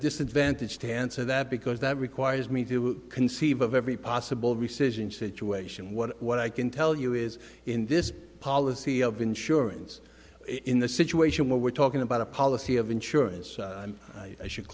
disadvantage to answer that because that requires me to conceive of every possible rescission situation what what i can tell you is in this policy of insurance in the situation where we're talking about a policy of insurance i should